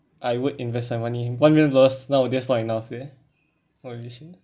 I would invest my money one million dollars nowadays not enough eh